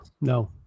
no